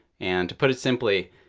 and to put it simply,